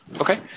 Okay